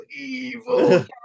evil